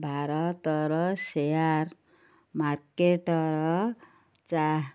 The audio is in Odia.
ଭାରତର ସେୟାର୍ ମାର୍କେଟର